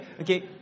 Okay